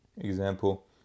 Example